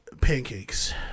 pancakes